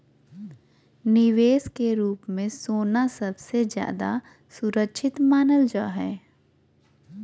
निवेश के रूप मे सोना सबसे ज्यादा सुरक्षित मानल जा हय